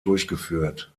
durchgeführt